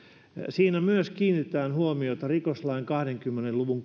siinä myös kiinnitetään huomiota tarpeeseen rikoslain kahdenkymmenen luvun